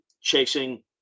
chasing